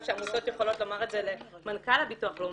שה- -- יכולות לומר את זה למנכ"ל הביטוח הלאומי,